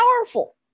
powerful